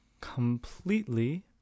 completely